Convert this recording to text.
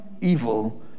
evil